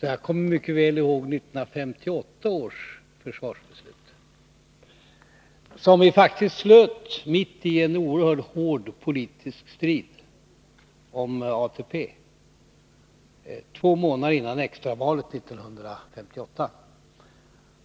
så jag kommer mycket väl ihåg 1958 års försvarsbeslut, som vi faktiskt fattade mitt i en oerhört hård politisk strid om ATP, två månader före extravalet 1958.